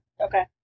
Okay